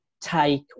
take